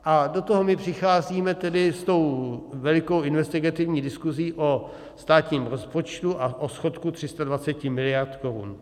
A do toho my přicházíme tedy s tou velikou investigativní diskusí o státním rozpočtu a o schodku 320 mld. korun.